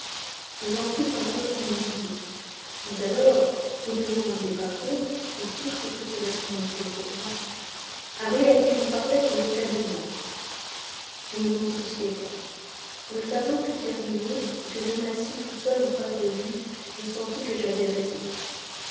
vous en fûtes un peu ennuyé mais alors vous ne vous rendiez pas compte de tout ce que cela signifiait pour moi ilarry à qui j'en parlai se moqua de moi je ne men souciais pas quand le tableau fut terminé et que je m'assis tout seul en face de lui je sentis que j'avais raison